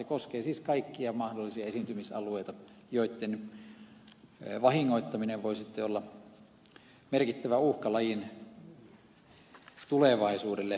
se koskee siis kaikkia mahdollisia esiintymisalueita joitten vahingoittaminen voi olla merkittävä uhka lajin tulevaisuudelle